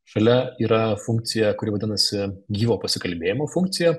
šalia yra funkcija kuri vadinasi gyvo pasikalbėjimo funkcija